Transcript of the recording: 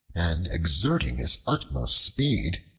and exerting his utmost speed,